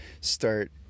start